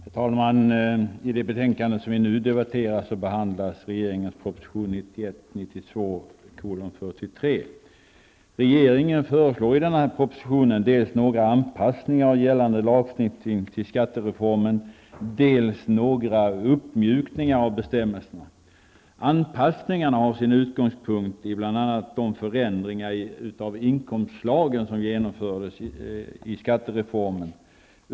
Herr talman! I det betänkande vi nu debatterar behandlas regeringens proposition 1991/92:43. Regeringen föreslår i denna proposition dels några anpassningar av gällande lagstiftning till skattereformen, dels några uppmjukningar av bestämmelserna. Anpassningarna har sin utgångspunkt i bl.a. de förändringar av inkomstslagen som genomfördes i skattereformen.